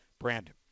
Brandon